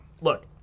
look